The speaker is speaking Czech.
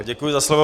Děkuji za slovo.